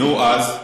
נו, אז?